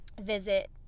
visit